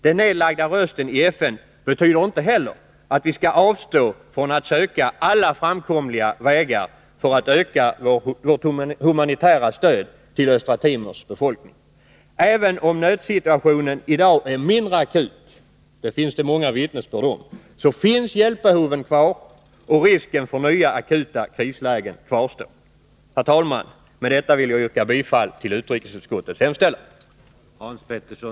Den nedlagda rösten i FN betyder inte heller att vi skall avstå från att söka alla framkomliga vägar för att öka vårt humanitära stöd till Östra Timors befolkning. Även om nödsituationen i dag är mindre akut — det finns det många vittnesbörd om — finns hjälpbehoven kvar, och risken för nya, akuta krislägen kvarstår. Herr talman! Med detta vill jag yrka bifall till utrikesutskottets hemställan.